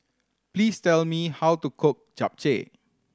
please tell me how to cook Japchae